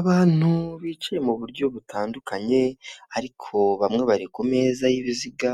Abantu bicaye mu buryo butandukanye, ariko bamwe bari ku meza y'ibiziga,